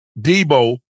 Debo